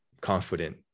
confident